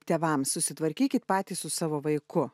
tėvams susitvarkykit patys su savo vaiku